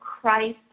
Christ